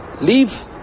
Leave